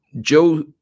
Joe